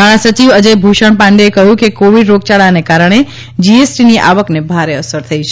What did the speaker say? નાણાં સચિવ અજય ભૂષણ પાંડેએ કહ્યું છે કે કોવિડ રોગયાળાને કારણે જીએસટીની આવકને ભારે અસર થઈ છે